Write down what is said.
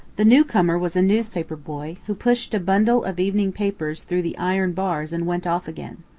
the new-comer was a newspaper boy, who pushed a bundle of evening papers through the iron bars and went off again.